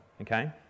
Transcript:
Okay